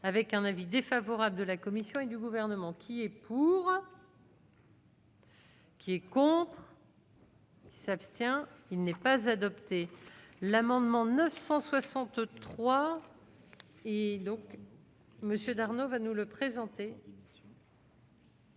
avec un avis défavorable de la commune. Oui du gouvernement qui est pour. Qui est contres. Qui s'abstient, il n'est pas adopté l'amendement 963 et donc monsieur Darnaud va nous le présenter.